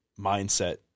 mindset